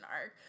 arc